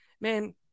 Man